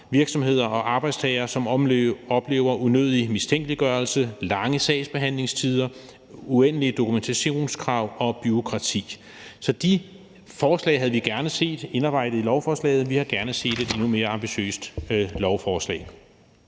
virksomheder og arbejdstagere, som oplever unødig mistænkeliggørelse, lange sagsbehandlingstider, uendelige dokumentationskrav og bureaukrati. Så de forslag havde vi gerne set indarbejdet i lovforslaget. Vi havde gerne set et endnu mere ambitiøst lovforslag.